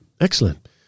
Excellent